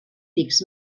pics